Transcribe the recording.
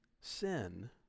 sin